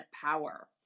Power